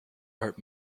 hurt